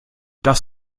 das